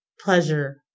pleasure